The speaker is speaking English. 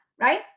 right